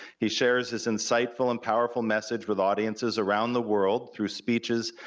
he shares his insightful and powerful message with audiences around the world through speeches,